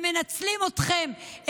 הם מנצלים אתכם,